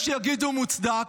יש שיגידו מוצדק,